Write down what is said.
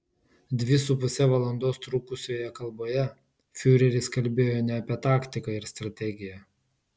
dvi su puse valandos trukusioje kalboje fiureris kalbėjo ne apie taktiką ir strategiją